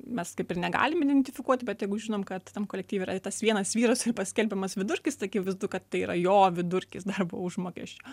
mes kaip ir negalim identifikuoti bet jeigu žinom kad tam kolektyve yra tas vienas vyras ir paskelbiamas vidurkis akivaizdu kad tai yra jo vidurkis darbo užmokesčio